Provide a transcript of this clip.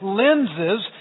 lenses